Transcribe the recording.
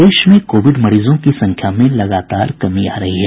प्रदेश में कोविड मरीजों की संख्या में लगातार कमी आ रही है